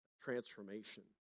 transformation